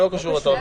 לא קשור, אתה אומר?